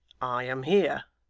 i am here